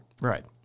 Right